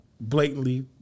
blatantly